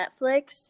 netflix